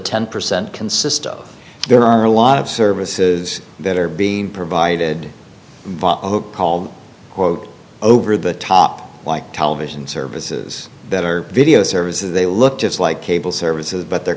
ten percent consist of there are a lot of server this is that are being provided called quote over the top like television services that are video services they look just like cable services but the